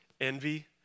envy